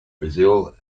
brazil